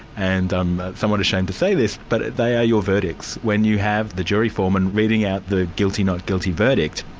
and um somewhat ashamed to say this, but they are your verdicts when you have the jury foreman reading out the guilty, not guilty verdict,